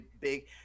big